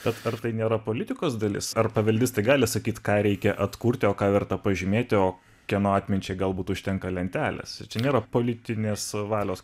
tad tai nėra politikos dalis ar paveldės tai gali sakyti ką reikia atkurti o ką verta pažymėti o kieno atminčiai galbūt užtenka lentelės nėra politinės valios